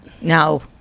no